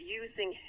using